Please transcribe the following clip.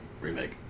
remake